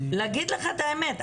לומר לך את האמת,